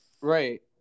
Right